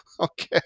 Okay